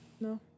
No